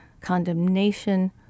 condemnation